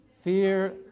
Fear